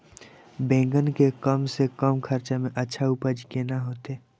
बेंगन के कम से कम खर्चा में अच्छा उपज केना होते?